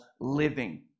living